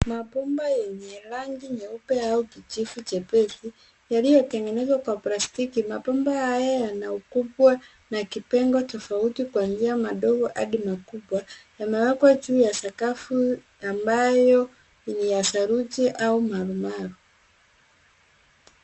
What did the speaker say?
Mabomba yenye rangi nyeupe au kijivu jepesi yaliyotengenezwa kwa plastiki. Mabomba haya yana ukubwa na kipengo tofauti kuanzia madogo hadi makubwa. Yamewekwa juu ya sakafu ambayo ni ya saruji au marumaru.